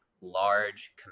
large